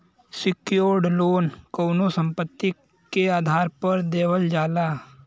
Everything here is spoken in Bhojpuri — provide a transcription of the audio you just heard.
सेक्योर्ड लोन कउनो संपत्ति के आधार पर देवल जाला